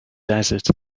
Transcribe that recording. desert